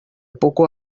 poco